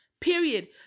period